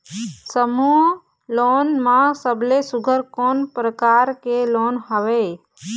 समूह लोन मा सबले सुघ्घर कोन प्रकार के लोन हवेए?